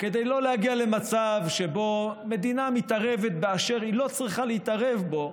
וכדי לא להגיע למצב שבו מדינה מתערבת באשר היא לא צריכה להתערב בו,